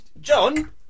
John